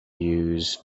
use